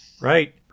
Right